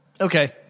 Okay